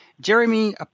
Jeremy